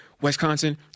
Wisconsin